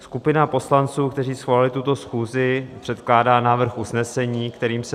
Skupina poslanců, kteří svolali tuto schůzi, předkládá návrh usnesení, kterým se